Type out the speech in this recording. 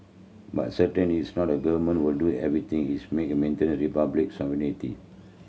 but certain is not the government will do everything its make a maintain the Republic's sovereignty